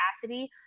capacity